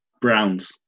Browns